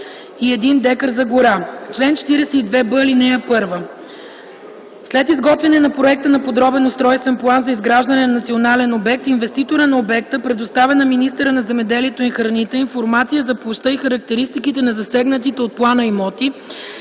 и 1 дка за гора. Чл. 42б. (1) След изготвяне на проекта на подробен устройствен план за изграждане на национален обект, инвеститорът на обекта предоставя на министъра на земеделието и храните информация за площта и характеристиките на засегнатите от плана имоти